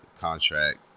Contract